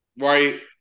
right